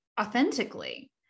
authentically